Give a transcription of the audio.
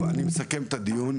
טוב אני מסכם את הדיון.